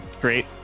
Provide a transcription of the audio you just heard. great